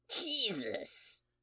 Jesus